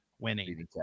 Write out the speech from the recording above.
winning